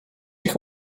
ich